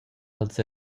als